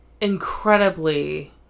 incredibly